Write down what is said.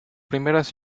primeras